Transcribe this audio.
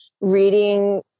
reading